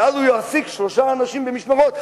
ואז הוא יעסיק שלושה אנשים במשמרות,